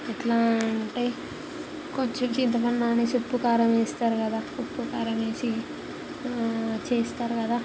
ఎట్లా అంటే కొంచెం చింతపండు నానేసి ఉప్పు కారం వేస్తారు కదా ఉప్పు కారం వేసి చేస్తారు కదా